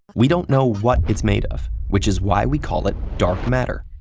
we don't know what it's made of, which is why we call it dark matter.